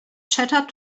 chattered